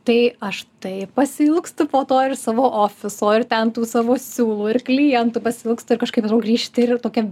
tai aš taip pasiilgstu po to ir savo ofiso ir ten savo siūlų ir klientų pasiilgstu ir kažkaip atrodo grįžti ir tokia